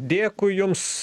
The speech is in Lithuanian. dėkui jums